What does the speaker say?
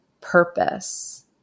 purpose